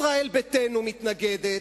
ישראל ביתנו מתנגדת,